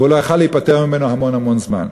והוא לא היה יכול להיפטר ממנו המון המון זמן.